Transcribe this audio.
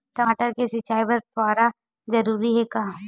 टमाटर के सिंचाई बर फव्वारा जरूरी हे का?